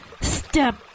Step